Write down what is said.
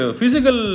physical